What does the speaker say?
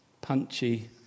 punchy